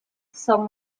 some